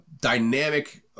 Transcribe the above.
dynamic